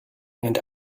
and